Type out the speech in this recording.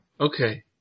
Okay